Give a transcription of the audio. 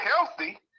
healthy